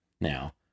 Now